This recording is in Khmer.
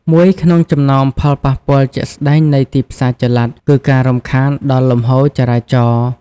មួយក្នុងចំណោមផលប៉ះពាល់ជាក់ស្តែងនៃទីផ្សារចល័ត គឺការរំខានដល់លំហូរចរាចរណ៍។